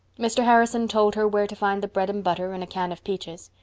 mr. harrison told her where to find the bread and butter and a can of peaches.